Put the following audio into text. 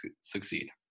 succeed